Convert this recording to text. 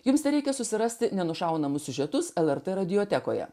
jums tereikia susirasti nenušaunamus siužetus lrt radiotekoje